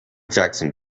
jackson